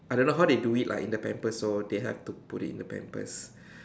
I don't know how they do it lah in the pampers so they have to put it in the pampers